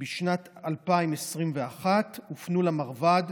בשנת 2021 הופנו למרב"ד